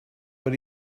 but